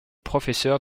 professeur